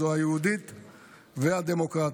אלה היהודית והדמוקרטית.